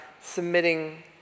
submitting